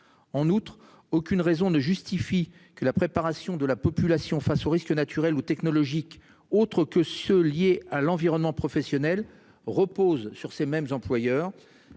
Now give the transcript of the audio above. En outre, aucune raison ne justifie que la préparation de la population face aux risques naturels ou technologiques. Autre que ceux liés à l'environnement professionnel repose sur ces mêmes employeurs.